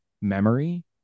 memory